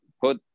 put